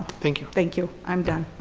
thank you. thank you. i'm done.